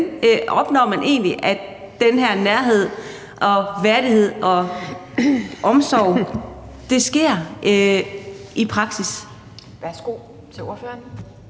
opnår man egentlig, at den her nærhed og værdighed og omsorg sker i praksis? Kl. 12:16 Anden